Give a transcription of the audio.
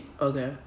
Okay